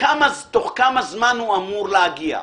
תוך כמה זמן הוא אמור להגיע.